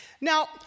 Now